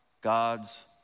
God's